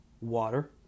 water